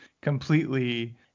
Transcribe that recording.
completely